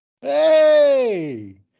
Hey